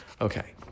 Okay